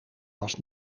was